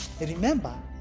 Remember